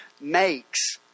makes